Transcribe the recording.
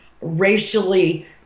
racially